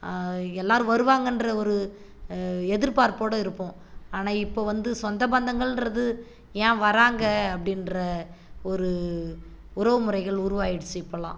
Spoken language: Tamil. எல்லாரும் வருவாங்கன்ற ஒரு எதிர்பார்ப்போட இருப்போம் ஆனால் இப்போ வந்து சொந்தபந்தங்கள்ன்றது ஏன் வராங்க அப்படின்ற ஒரு உறவுமுறைகள் உருவாயிடுச்சு இப்போலாம்